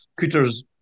Cooter's